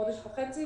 חודש וחצי